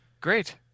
great